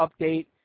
update